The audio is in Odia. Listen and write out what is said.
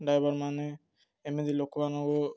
ଡ୍ରାଇଭର ମାନେ ଏମିତି ଲୋକମାନଙ୍କୁ